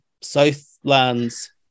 Southlands